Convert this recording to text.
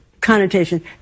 connotation